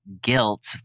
guilt